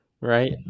right